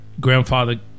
grandfather